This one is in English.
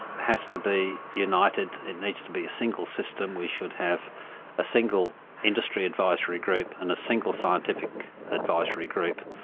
has to be united. it needs to be a single system. we should have a single industry advisory group and a single scientific advisory group.